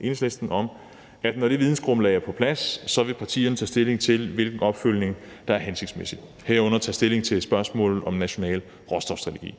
Enhedslisten om, at partierne, når det vidensgrundlag er på plads, så vil tage stilling til, hvilken opfølgning der er hensigtsmæssig, herunder tage stilling til spørgsmålet om en national råstofstrategi.